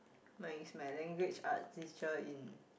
my it's my language arts teacher in